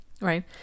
right